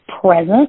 Present